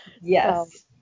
yes